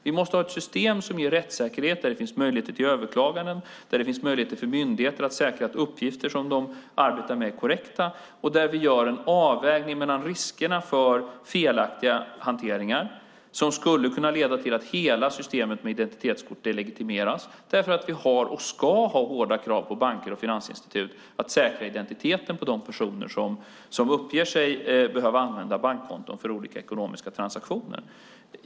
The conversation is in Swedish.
Vi måste ha att ett system som ger rättssäkerhet, ett system där det finns möjlighet till överklaganden, där det finns möjligheter för myndigheter att säkra att de uppgifter som de arbetar med är korrekta och där vi gör en avvägning mellan riskerna för felaktiga hanteringar som skulle kunna leda till att hela systemet med identitetskort delegitimeras. Vi har och ska ha hårda krav på banker och finansinstitut att säkra identiteten på de personer som uppger sig behöva använda bankkonton för olika ekonomiska transaktioner.